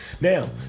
Now